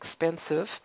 expensive